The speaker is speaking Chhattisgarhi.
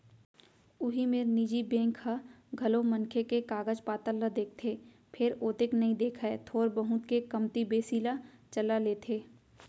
उही मेर निजी बेंक ह घलौ मनखे के कागज पातर ल देखथे फेर ओतेक नइ देखय थोर बहुत के कमती बेसी ल चला लेथे